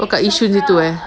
oh kat yishun itu